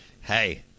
Hey